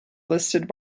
listed